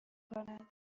کنم